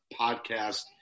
podcast